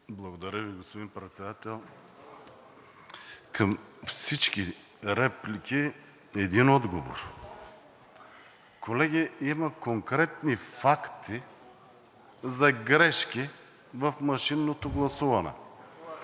Благодаря Ви, господин Председател. Към всички реплики – един отговор. Колеги, има конкретни факти за грешки в машинното гласуване.